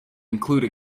include